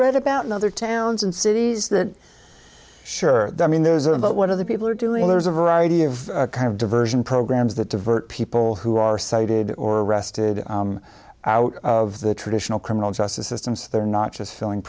read about in other towns and cities that sure i mean those are about what other people are doing there's a variety of kind of diversion programs that divert people who are cited or arrested out of the traditional criminal justice system so they're not just filling